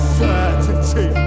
certainty